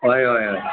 हय हय हय